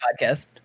podcast